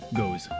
goes